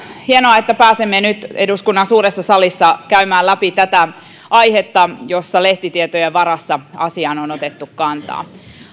hienoa että pääsemme nyt eduskunnan suuressa salissa käymään läpi tätä aihetta jossa lehtitietojen varassa asiaan on otettu kantaa